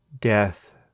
death